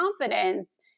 confidence